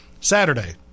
Saturday